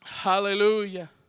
Hallelujah